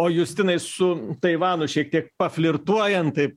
o justinai su taivanu šiek tiek paflirtuojant taip